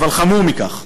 אבל חמור מכך,